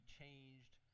changed